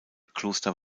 kloster